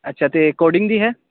ਅੱਛਾ ਅਤੇ ਕੋਡਿੰਗ ਦੀ ਹੈ